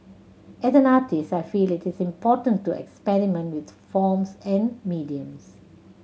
as an artist I feel it is important to experiment with forms and mediums